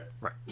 Right